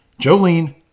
jolene